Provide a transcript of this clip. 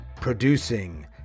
producing